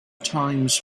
times